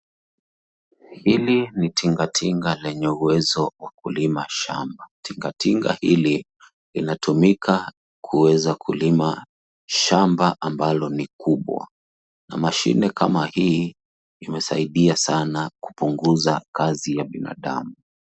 Hili ni tinga tinga lenye uwezo wa kulima shamba. Tinga tinga hili linatumika kuweza kulima shamba ambalo ni kubwa na mashine kama hii imesaidia sana kupunguza kazi ya binadamu.